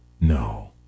No